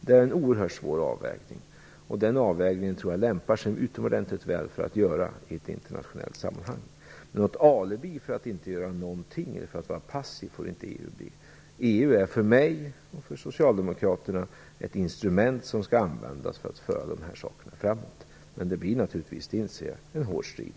Det är en oerhört svår avvägning som är ytterst lämplig att göra i ett internationellt sammanhang. Men EU får inte bli något alibi för att inte göra någonting. EU är för mig och socialdemokraterna ett instrument som skall användas för att föra dessa frågor framåt. Jag inser att det naturligtvis blir en hård strid.